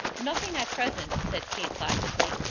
nothing at present, said kate placidly.